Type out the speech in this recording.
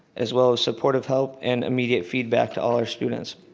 as well as supportive help, and immediate feedback to all our students.